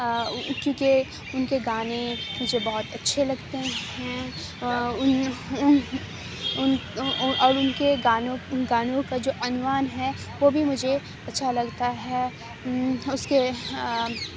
آ کیوں کہ ان کے گانے مجھے بہت اچھے لگتے ہیں ان ان اور ان کے گانوں گانوں کا جو عنوان ہے وہ بھی مجھے اچھا لگتا ہے اس کے